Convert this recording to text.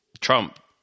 Trump